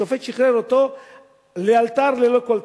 השופט שחרר אותו לאלתר, ללא כל תנאי.